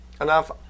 enough